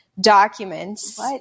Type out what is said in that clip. documents